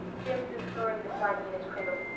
jims is snoring beside me in his cradle.